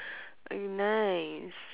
nice